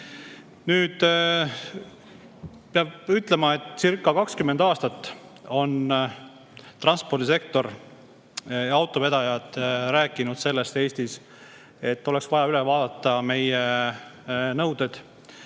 Nüüd, peab ütlema, etcirca20 aastat on transpordisektor ja autovedajad rääkinud Eestis sellest, et oleks vaja üle vaadata meie nõuded